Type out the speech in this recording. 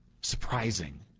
Surprising